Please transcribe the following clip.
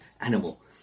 animal